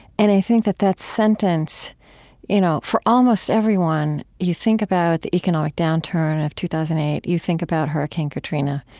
and i think that that sentence you know, for almost everyone, you think about the economic downturn of two thousand and eight. you think about hurricane katrina,